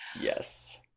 Yes